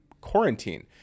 quarantine